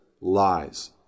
lies